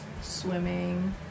Swimming